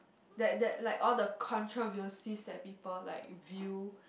that that like all the controversies that people like view